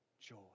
joy